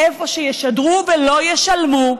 איפה שישדרו ולא ישלמו,